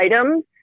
items